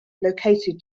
located